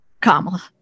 Kamala